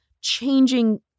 changing